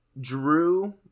Drew